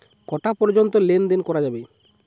কটা পর্যন্ত লেন দেন করা যাবে?